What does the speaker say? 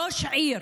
ראש עיר?